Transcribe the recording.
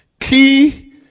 key